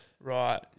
Right